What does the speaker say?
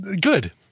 good